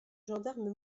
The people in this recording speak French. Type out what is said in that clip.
gendarmes